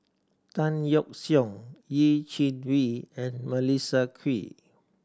Tan Yeok Seong Yeh Chi Wei and Melissa Kwee